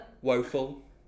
Woeful